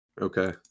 Okay